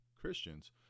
Christians